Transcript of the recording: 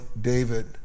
David